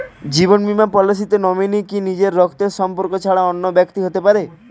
জীবন বীমা পলিসিতে নমিনি কি নিজের রক্তের সম্পর্ক ছাড়া অন্য ব্যক্তি হতে পারে?